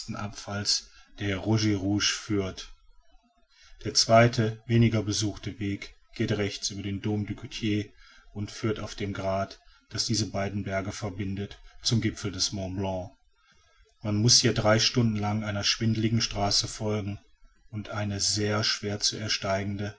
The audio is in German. abfalls der rochers rouges führt der zweite weniger besuchte weg geht rechts über den dom du goter und führt auf dem grat das diese beiden berge verbindet zum gipfel des mont blanc man muß hier drei stunden lang einer schwindelnden straße folgen und eine sehr schwer zu ersteigende